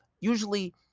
usually